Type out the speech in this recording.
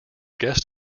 guest